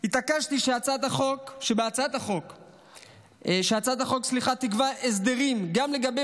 התעקשתי שהצעת החוק תקבע הסדרים גם לגבי